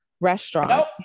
restaurant